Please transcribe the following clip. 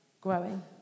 growing